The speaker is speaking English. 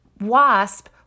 wasp